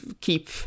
keep